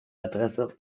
adresse